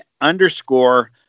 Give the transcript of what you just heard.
underscore